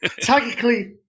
Technically